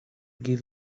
give